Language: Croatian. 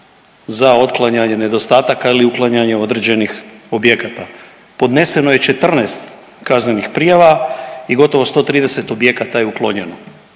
za otklanjanje nedostataka ili uklanjanje određenih objekata. Podneseno je 14 kaznenih prijava i gotovo 130 objekata je uklonjeno